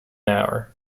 hour